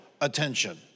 attention